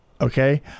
okay